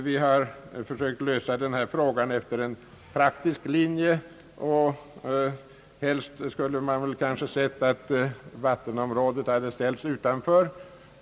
Vi har i utskottet försökt lösa denna fråga efter en praktisk linje. Helst skulle man kanske ha sett att vattenområdet ställts utanför.